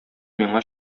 миңа